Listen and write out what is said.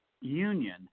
union